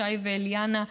שי ואליאנה.